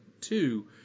two